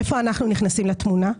איפה אנחנו נכנסים לתמונה?